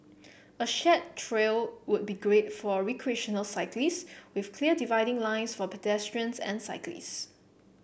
a shared trail would be great for recreational cyclists with clear dividing lines for pedestrians and cyclists